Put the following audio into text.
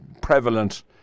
prevalent